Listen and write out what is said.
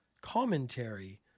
commentary